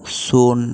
ᱥᱩᱱ